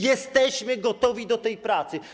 Jesteśmy gotowi do tej pracy.